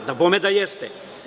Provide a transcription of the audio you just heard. Dabome da jeste.